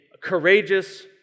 courageous